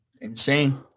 Insane